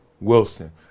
Wilson